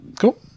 Cool